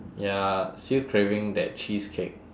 ya still craving that cheesecake